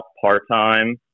part-time